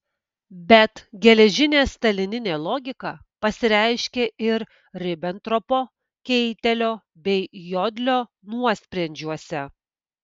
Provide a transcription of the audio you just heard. bet geležinė stalininė logika pasireiškė ir ribentropo keitelio bei jodlio nuosprendžiuose